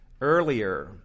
earlier